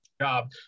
job